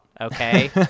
okay